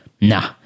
nah